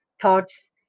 thoughts